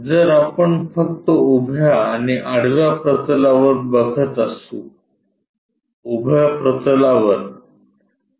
जर आपण फक्त उभ्या आणि आडव्या प्रतलावर बघत असू उभ्या प्रतलावर